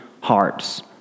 hearts